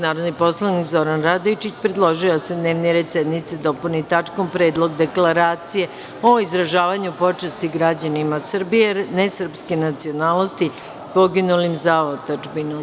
Narodni poslanik Zoran Radojičić, predložio je da se dnevni red sednice dopuni tačkom – Predlog deklaracije o izražavanju počasti građanima Srbije ne srpske nacionalnosti poginulim za otadžbinu.